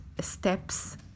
steps